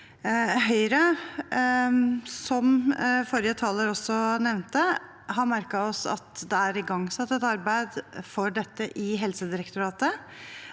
Høyre har merket oss at det er igangsatt et arbeid for dette i Helsedirektoratet,